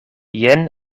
jen